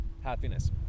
Happiness